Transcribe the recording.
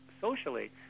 socially